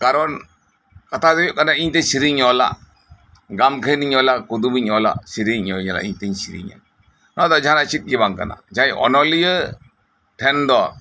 ᱠᱟᱨᱚᱱ ᱠᱟᱛᱷᱟᱫᱚ ᱦᱳᱭᱳᱜ ᱠᱟᱱᱟ ᱤᱧᱛᱮ ᱥᱮᱹᱨᱮᱹᱧ ᱤᱧ ᱚᱞᱟ ᱜᱟᱢ ᱠᱟᱹᱦᱤᱱᱤᱧ ᱚᱞᱟ ᱠᱩᱫᱩᱢᱤᱧ ᱚᱞᱟ ᱥᱮᱹᱨᱹᱧ ᱤᱧ ᱩᱭᱦᱟᱹᱨᱟ ᱤᱧ ᱛᱮᱧ ᱥᱮᱹᱨᱮᱹᱧᱟ ᱱᱚᱶᱟ ᱫᱚ ᱡᱟᱦᱟᱱᱟᱜ ᱪᱮᱫᱜᱮ ᱵᱟᱝᱠᱟᱱᱟ ᱡᱟᱦᱟᱸᱭ ᱚᱱᱚᱞᱤᱭᱟᱹ ᱴᱷᱮᱱᱫᱚ